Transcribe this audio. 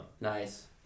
Nice